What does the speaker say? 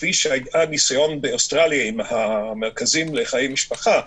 כפי שהיה ניסיון באוסטרליה עם המרכזים לחיי משפחה,